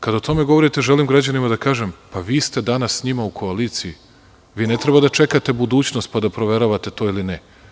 Kada o tome govorite, želim građanima da kažem – pa, vi ste danas sa njima u koaliciji, ne treba da čekate budućnost pa da proveravate to ili ne.